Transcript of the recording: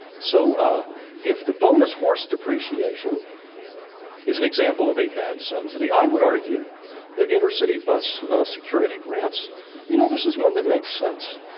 so if the bonus horse depreciation is an example of a bad subsidy, i would argue the intercity bus security grants you know, this is one that makes sense.